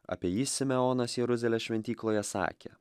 apie jį simeonas jeruzalės šventykloje sakė